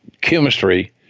chemistry